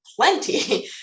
plenty